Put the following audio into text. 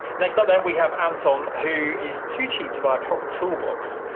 next up then we have anton, who is too cheap to buy a proper toolbox,